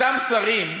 אותם שרים,